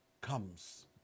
comes